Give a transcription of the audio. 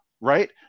right